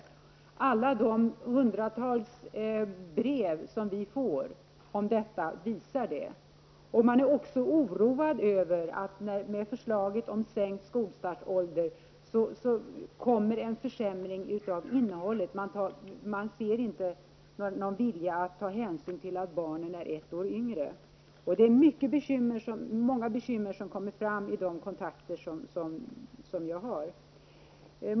Det framgår av alla de hundratals brev som vi får och som gäller dessa saker. Man känner också oro med anledning av förslaget om sänkt ålder för skolstarten. Man tror nämligen att innehållet därmed kommer att försämras. Någon vilja att ta hänsyn till att barnen är ett år yngre finns inte. Det är många bekymmer som kommer fram vid de kontakter som jag har i dessa frågor.